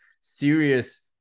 serious